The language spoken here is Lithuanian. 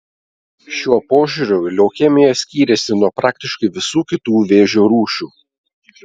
šiuo požiūriu leukemija skyrėsi nuo praktiškai visų kitų vėžio rūšių